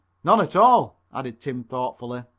none at all, added tim thoughtfully.